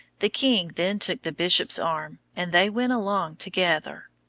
the king then took the bishop's arm, and they went along together.